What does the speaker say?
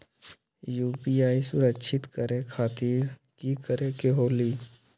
UPI सुरक्षित करे खातिर कि करे के होलि?